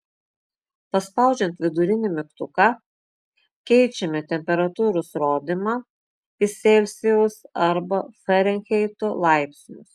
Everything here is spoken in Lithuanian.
paspaudžiant vidurinį mygtuką keičiame temperatūros rodymą į celsijaus arba farenheito laipsnius